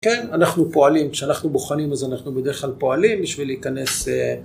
כן, אנחנו פועלים. כשאנחנו בוחנים בזה, אנחנו בדרך כלל פועלים בשביל להיכנס...